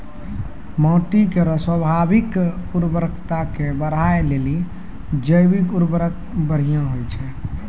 माटी केरो स्वाभाविक उर्वरता के बढ़ाय लेलि जैविक उर्वरक बढ़िया होय छै